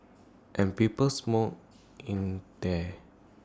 and people smoked in there